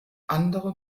andere